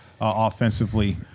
offensively